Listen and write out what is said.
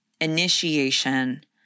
initiation